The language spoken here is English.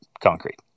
concrete